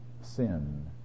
sin